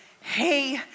hey